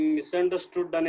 Misunderstood